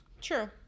True